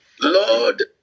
Lord